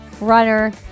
runner